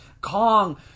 Kong